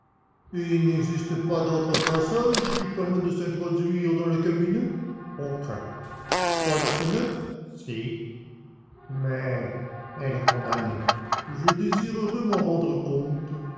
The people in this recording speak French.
et il n'existe pas d'autre passage qui permette de s'introduire dans le cabinet aucun pas de fenêtre si mais elle est condamnée je désirerais m'en rendre compte